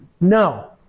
No